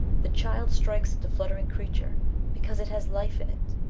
the child strikes at the fluttering creature because it has life in it,